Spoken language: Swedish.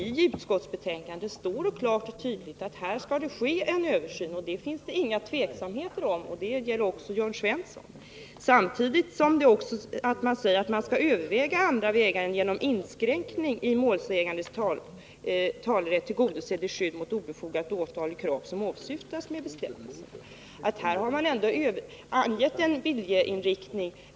I utskottsbetänkandet står det klart och tydligt att en översyn skall ske. Därom råder ingen tvekan. Det vill jag också ha sagt till Jörn Svensson. Samtidigt säger man att man skall överväga andra vägar än att genom inskränkning i målsägandens talerätt tillgodose det skydd mot obefogade åtal eller krav som åsyftats med bestämmelserna. Här har man ändå angett en viljeinriktning.